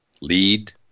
lead